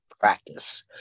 practice